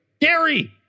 Gary